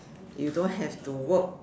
you don't have to work